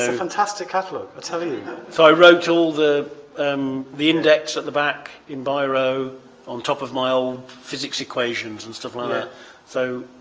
fantastic catalog, i tell you. i so wrote all the um the index at the back in biro on top of my old physics equations and stuff and so